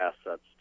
assets